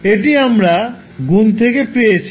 এটি আমরা গুন থেকে পেয়েছি